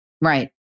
Right